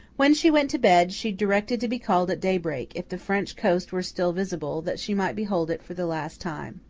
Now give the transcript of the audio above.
when she went to bed, she directed to be called at daybreak, if the french coast were still visible, that she might behold it for the last time.